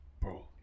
bro